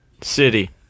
city